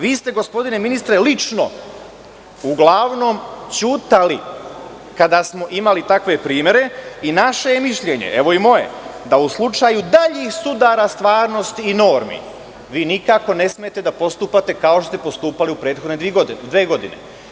Vi ste, gospodine ministre, lično uglavnom ćutali kada smo imali takve primere i naše je mišljenje, evo i moje, da u slučaju daljih sudara stvarnosti i normi vi nikako ne smete da postupate kao što ste postupali u prethodne dve godine.